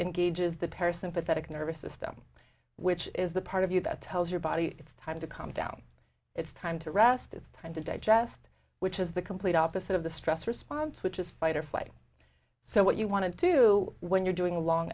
engages the parasympathetic nervous system which is the part of you that tells your body it's time to calm down it's time to rest it's time to digest which is the complete opposite of the stress response which is fight or flight so what you want to do when you're doing a long